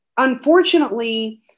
Unfortunately